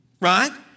right